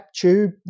tube